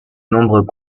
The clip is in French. nombres